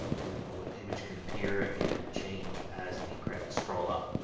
and the image can appear and change as the credits scroll up.